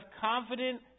confident